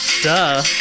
Duh